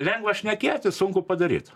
lengva šnekėti sunku padaryt